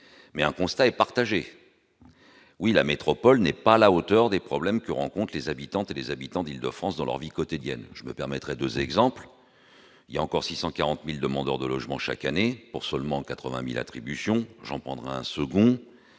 mais un constat est partagé : oui, la métropole n'est pas à la hauteur des problèmes que rencontrent les habitantes et les habitants d'Île-de-France dans leur vie quotidienne, je me permettrai 2 exemples, il y a encore 640000 demandeurs de logement chaque année pour seulement 80000 attributions Jean prendre un second